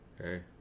okay